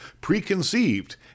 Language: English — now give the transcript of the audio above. Preconceived